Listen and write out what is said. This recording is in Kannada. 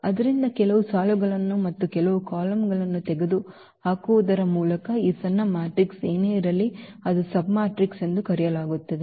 ಆದ್ದರಿಂದ ಕೆಲವು ಸಾಲುಗಳನ್ನು ಮತ್ತು ಕೆಲವು ಕಾಲಮ್ಗಳನ್ನು ತೆಗೆದುಹಾಕುವುದರ ಮೂಲಕ ಈ ಸಣ್ಣ ಮ್ಯಾಟ್ರಿಕ್ಸ್ ಏನೇ ಇರಲಿ ಅದನ್ನು ಸಬ್ಮ್ಯಾಟ್ರಿಕ್ಸ್ ಎಂದು ಕರೆಯಲಾಗುತ್ತದೆ